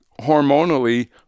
hormonally